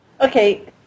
Okay